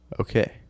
Okay